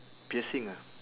piercing ah